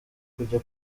kujya